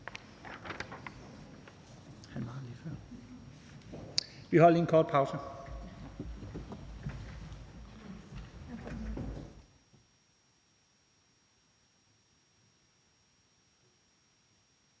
vi holder derfor en kort pause.